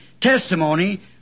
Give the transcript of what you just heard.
testimony